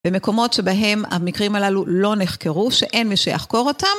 במקומות שבהם המקרים הללו לא נחקרו, שאין מי שיחקור אותם.